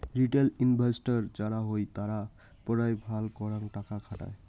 retail investor যারা হই তারা পেরায় ফাল করাং টাকা খাটায়